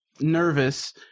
nervous